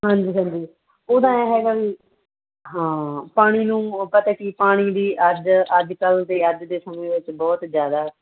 ਹਾਂਜੀ ਹਾਂਜੀ ਉਹਦਾ ਐਂ ਹੈਗਾ ਵੀ ਹਾਂ ਪਾਣੀ ਨੂੰ ਪਤਾ ਕੀ ਪਾਣੀ ਦੀ ਅੱਜ ਅੱਜ ਕੱਲ੍ਹ ਤਾਂ ਅੱਜ ਦੇ ਸਮੇਂ ਵਿੱਚ ਬਹੁਤ ਜ਼ਿਆਦਾ